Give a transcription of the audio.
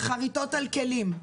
חריטות על כלים,